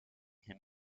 him